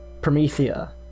Promethea